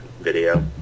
video